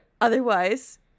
Otherwise